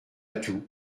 tout